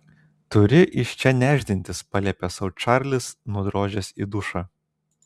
turi iš čia nešdintis paliepė sau čarlis nudrožęs į dušą